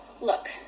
Look